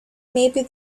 maybe